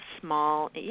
small